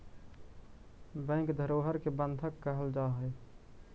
bank धरोहर के बंधक कहल जा हइ